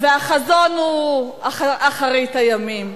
והחזון הוא אחרית הימים.